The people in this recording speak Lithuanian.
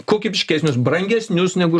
kokybiškesnius brangesnius negu